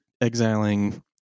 exiling